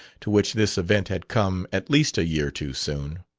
to which this event had come at least a year too soon.